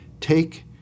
take